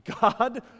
God